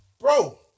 Bro